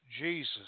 Jesus